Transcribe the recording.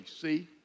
see